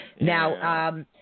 Now